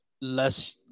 less